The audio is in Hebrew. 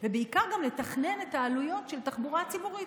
ובעיקר גם לתכנן את העלויות של תחבורה ציבורית